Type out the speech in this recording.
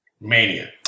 mania